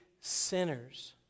sinners